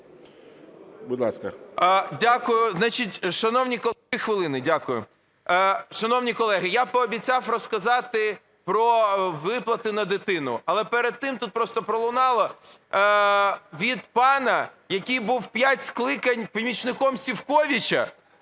Дякую. Шановні колеги, я пообіцяв розказати про виплати на дитину. Але перед тим тут просто пролунало від пана, який був п'ять скликань помічником Сівковича,